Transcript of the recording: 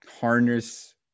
harness